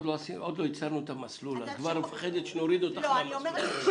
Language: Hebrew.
אוהב לעשות זאת אבל אני לא אוהב ראש